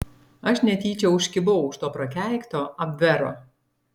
aš netyčia užkibau už to prakeikto abvero